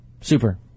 Super